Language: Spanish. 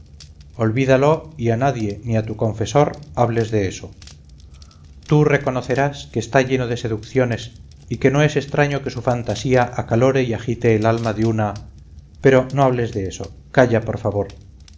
olvídalo y a nadie ni a tu confesor hables de eso tú reconocerás que está lleno de seducciones y que no es extraño que su fantasía acalore y agite el alma de una pero no hables de eso calla por favor